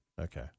okay